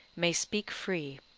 may speak free,